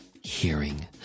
hearing